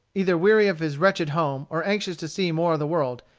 either weary of his wretched home or anxious to see more of the world,